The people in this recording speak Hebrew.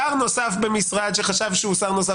שר נוסף במשרד שהוא חשב שהוא שר נוסף